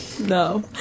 No